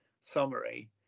summary